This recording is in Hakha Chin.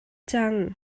cang